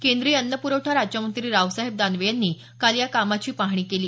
केंद्रीय अन्न प्रवठा राज्यमंत्री रावसाहेब दानवे यांनी काल या कामाची पाहणी केली